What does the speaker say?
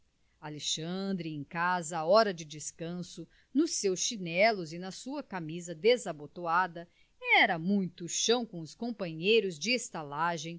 francesa alexandre em casa à hora de descanso nos seus chinelos e na sua camisa desabotoada era muito chão com os companheiros de estalagem